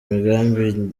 migambi